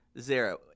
zero